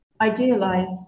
idealize